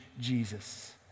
Jesus